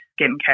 skincare